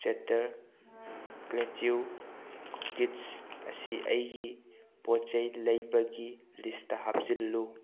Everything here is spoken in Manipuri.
ꯆꯦꯇꯔ ꯀ꯭ꯂꯦꯆꯨ ꯀꯨꯀꯤꯁ ꯑꯁꯤ ꯑꯩꯒꯤ ꯄꯣꯠ ꯆꯩ ꯂꯩꯕꯒꯤ ꯂꯤꯁꯇ ꯍꯥꯞꯆꯤꯜꯂꯨ